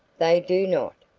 they do not,